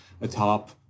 atop